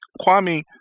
Kwame